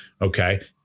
okay